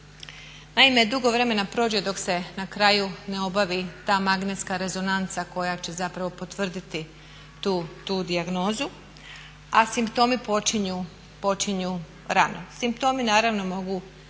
Naime, dugo vremena prođe dok se na kraju ne obavi ta magnetska rezonanca koja će zapravo potvrditi tu dijagnozu a simptomi počinju rano, simptomi naravno mogu